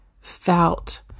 felt